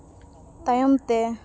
ᱛᱟᱭᱚᱢ ᱛᱮ